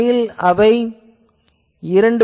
உண்மையில் அவை வரும்